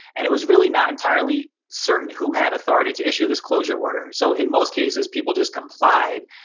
and it was really not entirely certain who had authority to issue this closure order. so in most cases, people just complied.